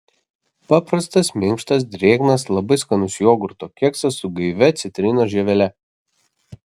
paprastas minkštas drėgnas labai skanus jogurto keksas su gaivia citrinos žievele